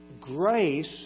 Grace